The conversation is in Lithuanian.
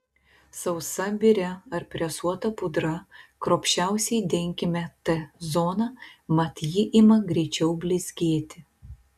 sausa biria ar presuota pudra kruopščiausiai denkime t zoną mat ji ima greičiau blizgėti